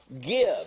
Give